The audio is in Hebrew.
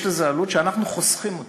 ויש לזה עלות שאנחנו חוסכים אותה.